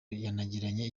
yanagiranye